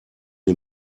die